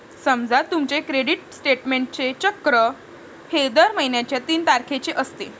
समजा तुमचे क्रेडिट स्टेटमेंटचे चक्र हे दर महिन्याच्या तीन तारखेचे असते